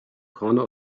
corner